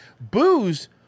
Booze